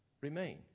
Remain